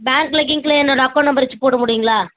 பேங்கில் கீங்கில் என்னோடய அக்கௌண்ட் நம்பர் வச்சு போட முடியுங்களா